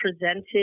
presented